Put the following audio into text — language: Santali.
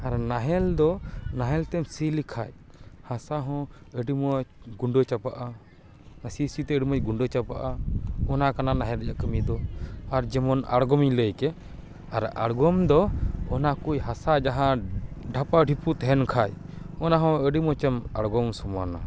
ᱟᱨ ᱱᱟᱦᱮᱞ ᱫᱚ ᱱᱟᱦᱮᱞ ᱛᱮᱢ ᱥᱤ ᱞᱮᱠᱷᱟᱡ ᱦᱟᱥᱟ ᱦᱚᱸ ᱟᱹᱰᱤ ᱢᱚᱸᱡ ᱜᱩᱰᱟᱹ ᱪᱟᱵᱟᱜᱼᱟ ᱥᱤ ᱥᱤ ᱛᱮ ᱟᱹᱰᱤ ᱢᱚᱸᱡ ᱜᱩᱰᱟᱹ ᱪᱟᱵᱟᱜᱼᱟ ᱚᱱᱟ ᱠᱟᱱᱟ ᱱᱟᱦᱮᱞ ᱨᱮᱭᱟᱜ ᱠᱟᱹᱢᱤ ᱫᱚ ᱟᱨ ᱡᱮᱢᱚᱱ ᱟᱲᱜᱚᱱ ᱤᱧ ᱞᱟᱹᱭ ᱠᱮᱫ ᱸᱟᱨ ᱟᱲᱜᱚᱢ ᱫᱚ ᱚᱱᱟ ᱠᱩᱡ ᱦᱟᱥᱟ ᱡᱟᱦᱟᱸ ᱰᱷᱟᱯᱟ ᱰᱷᱤᱯᱩ ᱛᱟᱦᱮᱸᱱ ᱠᱷᱟᱡ ᱚᱱᱟ ᱦᱚᱸ ᱟᱹᱰᱤ ᱢᱚᱸᱡᱽ ᱮᱢ ᱟᱲᱜᱚᱢ ᱥᱚᱢᱟᱱᱟ